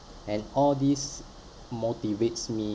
and all these motivates me